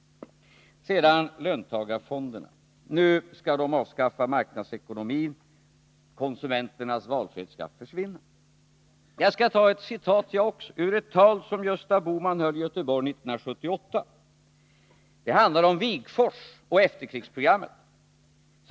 När det gäller löntagarfonderna menar man att de skulle avskaffa marknadsekonomin och medföra att konsumenternas valfrihet var förbi. Jag skall också ta ett citat, och det är ur ett tal som Gösta Bohman hölli Göteborg 1978. Det handlar om Wigforss och efterkrigsprogrammet.